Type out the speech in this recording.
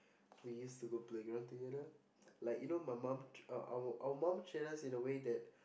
we use to go playground together like you know my mum uh our our mum cheered us in a way that